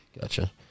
Gotcha